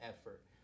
effort